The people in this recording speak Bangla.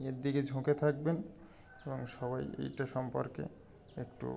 এর দিকে ঝুঁকে থাকবেন এবং সবাই এটা সম্পর্কে একটু